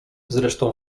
zresztą